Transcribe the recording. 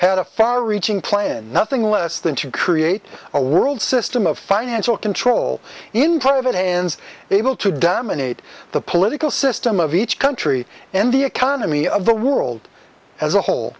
had a far reaching plan nothing less than to create a world system of financial control in private hands able to dominate the political system of each country and the economy of the world as a whole